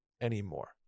anymore